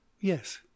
yes